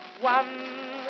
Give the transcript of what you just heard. One